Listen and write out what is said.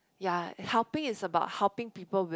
ya helping is about helping people with